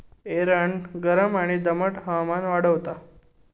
एरंड गरम आणि दमट हवामानात वाढता